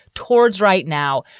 towards right now,